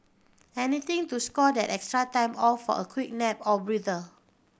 anything to score that extra time off for a quick nap or breather